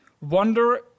Wonder